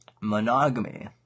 monogamy